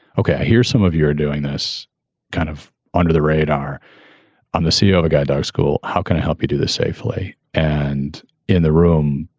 ok, i hear some of you're doing this kind of under the radar on the ceo of a guide dog school. how can i help you do this safely? and and in the room,